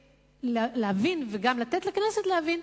ורוצים להבין וגם לתת לכנסת להבין,